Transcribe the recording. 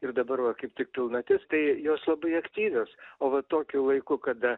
ir dabar va kaip tik pilnatis tai jos labai aktyvios o va tokiu laiku kada